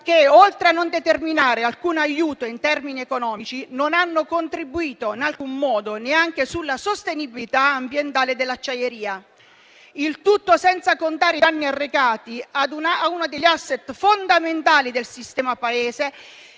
che, oltre a non determinare alcun aiuto in termini economici, non ha contribuito in alcun modo, neanche sulla sostenibilità ambientale dell'acciaieria. Il tutto senza contare i danni arrecati a uno degli *asset* fondamentali del sistema Paese